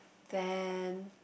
then